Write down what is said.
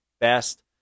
best